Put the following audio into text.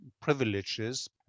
privileges